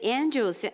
angels